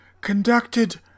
conducted